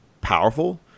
powerful